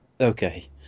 Okay